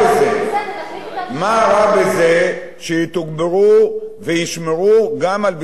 מה רע בזה שיתגברו וישמרו גם על ביטחון הפנים?